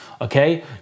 okay